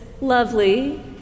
lovely